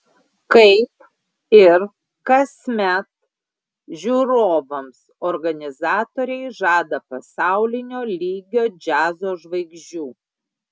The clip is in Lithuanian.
kaip ir kasmet žiūrovams organizatoriai žada pasaulinio lygio džiazo žvaigždžių